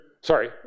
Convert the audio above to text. sorry